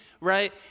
Right